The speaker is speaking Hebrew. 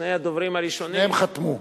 שני הדוברים הראשונים,